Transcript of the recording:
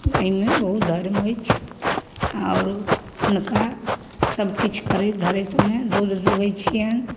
गाइमे बहुत धर्म अछि आओर हुनका सबकिछु करैत धरैतमे दूध दुहै छिअनि